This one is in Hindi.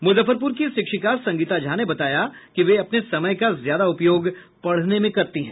मुजफ्फरपुर की शिक्षिका संगीता झा ने बताया कि वे अपने समय का ज्यादा उपयोग पढ़ने में करती हैं